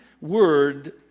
word